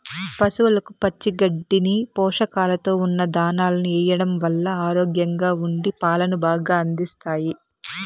పసవులకు పచ్చి గడ్డిని, పోషకాలతో ఉన్న దానాను ఎయ్యడం వల్ల ఆరోగ్యంగా ఉండి పాలను బాగా అందిస్తాయి